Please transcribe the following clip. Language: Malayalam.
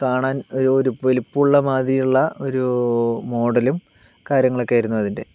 കാണാൻ ഒരു ഒരു വലിപ്പമുള്ള മാതിരിയുള്ള ഒരു മോഡലും കാര്യങ്ങളൊക്കെ ആയിരുന്നു അതിൻ്റെ